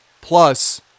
Plus